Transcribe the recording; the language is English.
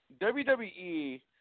WWE